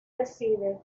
decide